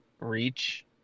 Reach